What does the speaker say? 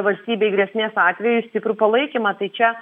valstybei grėsmės atveju stiprų palaikymą tai čia